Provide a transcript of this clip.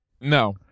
no